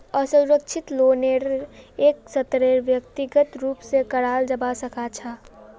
असुरक्षित लोनेरो एक स्तरेर व्यक्तिगत रूप स कराल जबा सखा छ